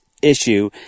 Issue